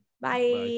Bye